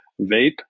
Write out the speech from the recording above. vape